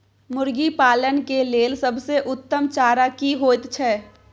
मुर्गी पालन के लेल सबसे उत्तम चारा की होयत छै?